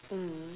mm